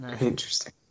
interesting